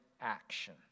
action